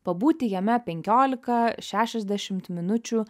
pabūti jame penkiolika šešiasdešimt minučių